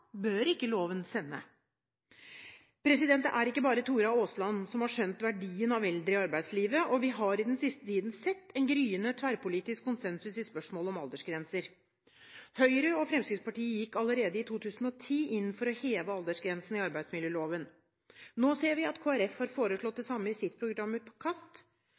bør ikke loven sende. Det er ikke bare Tora Aasland som har skjønt verdien av eldre i arbeidslivet, og vi har i den siste tiden sett en gryende tverrpolitisk konsensus i spørsmålet om aldersgrenser. Høyre og Fremskrittspartiet gikk allerede i 2010 inn for å heve aldersgrensen i arbeidsmiljøloven. Nå ser vi at Kristelig Folkeparti har foreslått det samme i sitt